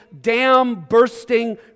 dam-bursting